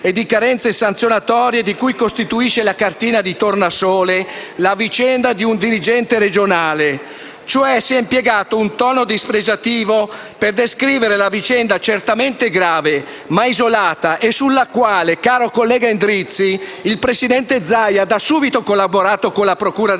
e carenze sanzionatorie» di cui costituisce la cartina di tornasole la vicenda di un dirigente regionale. Si è impiegato, cioè, un tono dispregiativo per descrivere la vicenda di un funzionario - certamente grave, ma isolata e sulla quale, caro collega Endrizzi, il presidente Zaia ha da subito collaborato con la procura della